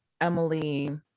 Emily